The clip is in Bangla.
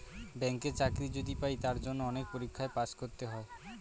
ব্যাঙ্কের চাকরি যদি পাই তার জন্য অনেক পরীক্ষায় পাস করতে হয়